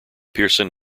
pearson